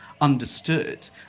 understood